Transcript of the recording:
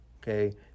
okay